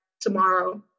tomorrow